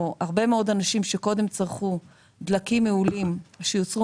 אנשים שקודם צרכו דלקים מהולים שיוצרו